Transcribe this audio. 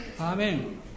Amen